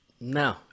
No